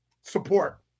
support